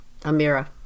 Amira